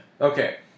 Okay